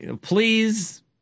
please